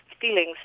feelings